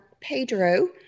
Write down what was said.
Pedro